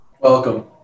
Welcome